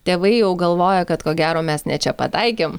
tėvai jau galvoja kad ko gero mes ne čia pataikėm